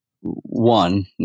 one